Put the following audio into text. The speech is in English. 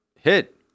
hit